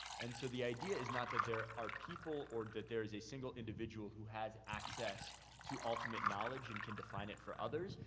and so, the idea is not that there are people or that there's a single individual who has access to ultimate knowledge and can define it for others.